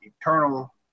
eternal